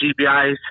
GBI's